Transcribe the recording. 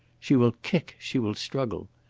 she will kick, she will struggle.